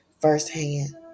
firsthand